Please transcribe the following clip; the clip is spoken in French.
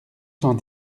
cent